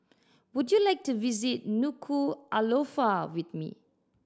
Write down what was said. would you like to visit Nuku'alofa with me